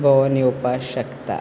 भोंवन येवपा शकता